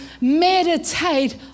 meditate